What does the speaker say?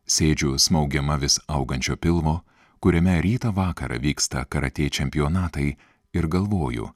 sėdžiu smaugiama vis augančio pilvo kuriame rytą vakarą vyksta karatė čempionatai ir galvoju